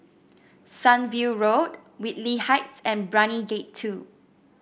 Sunview Road Whitley Heights and Brani Gate Two